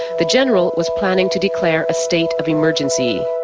the general was planning to declare a state of emergency.